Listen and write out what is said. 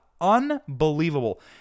Unbelievable